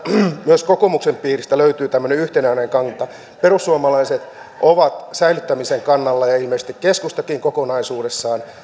myös kokoomuksen piiristä löytyy tämmöinen yhtenäinen kanta perussuomalaiset ovat säilyttämisen kannalla ja ja ilmeisesti keskustakin kokonaisuudessaan